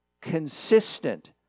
consistent